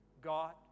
God